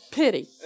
pity